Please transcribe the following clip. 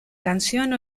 canción